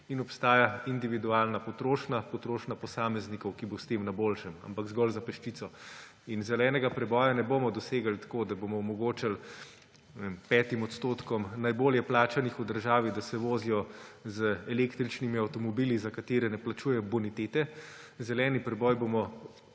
in obstaja individualna potrošnja, potrošnja posameznikov, ki bo s tem na boljšem, ampak zgolj za peščico. Zelenega preboja ne bomo dosegli tako, da bomo omogočili, ne vem, 5 % najbolje plačanih v državi, da se vozijo z električnimi avtomobili, za katere ne plačujejo bonitete. Zeleni preboj bomo